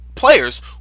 players